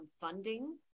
funding